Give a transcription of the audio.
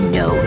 no